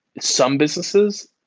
some businesses,